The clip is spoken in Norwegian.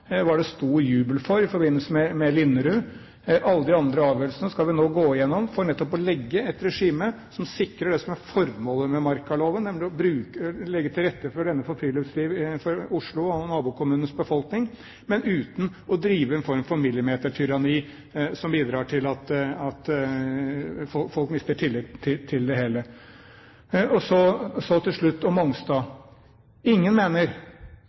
var i forbindelse med Linderud – den var det stor jubel for. Alle de andre avgjørelsene skal vi nå gå igjennom for nettopp å legge et regime som sikrer det som er formålet med markaloven, nemlig å legge til rette for friluftslivet for Oslos og nabokommunenes befolkning, men uten å drive en form for millimetertyranni som bidrar til at folk mister tillit til det hele. Til slutt litt om Mongstad. Ingen mener